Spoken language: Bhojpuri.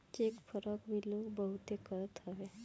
चेक फ्राड भी लोग बहुते करत हवे